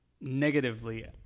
negatively